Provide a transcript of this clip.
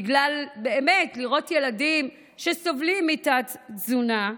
בגלל מראות של ילדים שסובלים מתת-תזונה,